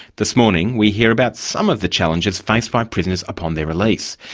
this morning we hear about some of the challenges faced by prisoners upon their release.